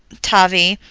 tavie,